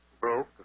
Broke